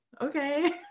okay